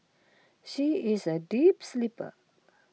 she is a deep sleeper